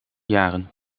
jaren